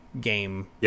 game